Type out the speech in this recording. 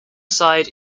side